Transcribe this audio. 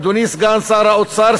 אדוני סגן שר האוצר,